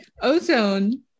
ozone